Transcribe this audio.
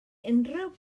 unrhyw